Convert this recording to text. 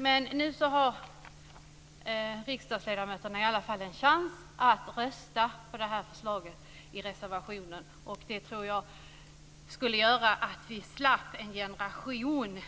Men nu har riksdagsledamöterna i alla fall en chans att rösta på förslaget i reservationen. Jag tror att det skulle göra att vi slapp få en generation